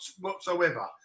whatsoever